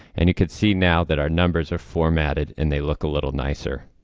and you can see now that our numbers are formatted, and they look a little nicer